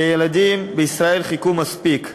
כי הילדים בישראל חיכו מספיק.